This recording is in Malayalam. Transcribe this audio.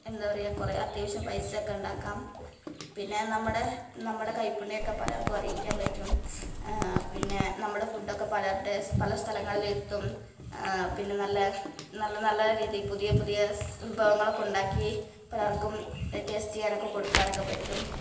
എന്താണ് പറയുക കുറേ അത്യാവശ്യം പൈസ ഒക്കെ ഉണ്ടാക്കാം പിന്നെ നമ്മുടെ നമ്മുടെ കൈപ്പുണ്യം ഒക്കെ പലര്ക്കും അറിയിക്കാന് പറ്റും പിന്നെ നമ്മുടെ ഫുഡ് ഒക്കെ പലരുടെ പല സ്ഥലങ്ങളിലും എത്തും പിന്നെ നല്ലെ നല്ല നല്ല രീതിയിൽ പുതിയ പുതിയ സ് വിഭവങ്ങളൊക്കെ ഉണ്ടാക്കി പലര്ക്കും ടേസ്റ്റ് ചെയ്യാനൊക്കെ കൊടുക്കാനൊക്കെ പറ്റും